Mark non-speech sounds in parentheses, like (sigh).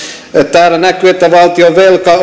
täällä näkyy että valtionvelka (unintelligible)